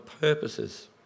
purposes